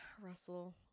Russell